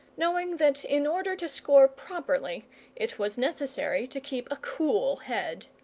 knowing that in order to score properly it was necessary to keep a cool head.